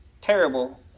terrible